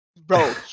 bro